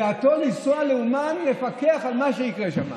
בדעתו לנסוע לאומן לפקח על מה שיקרה שם,